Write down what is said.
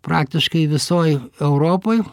praktiškai visoj europoj